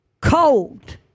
Cold